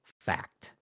fact